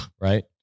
right